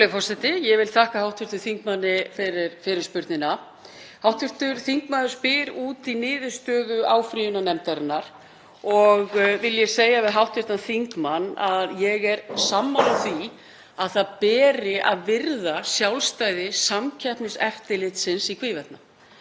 Ég vil þakka hv. þingmanni fyrir fyrirspurnina. Hv. þingmaður spyr út í niðurstöðu áfrýjunarnefndarinnar og vil ég segja við hv. þingmann að ég er sammála því að það beri að virða sjálfstæði Samkeppniseftirlitsins í hvívetna.